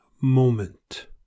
moment